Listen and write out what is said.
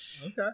Okay